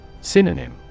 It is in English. Synonym